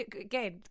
again